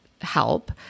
help